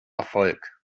erfolg